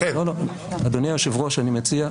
אדוני היושב-ראש, אני מציע.